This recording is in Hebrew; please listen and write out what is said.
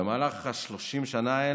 במהלך 30 השנה האלה,